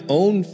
own